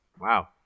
Wow